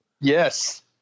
Yes